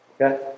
Okay